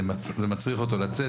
זה מצריך אותו לצאת.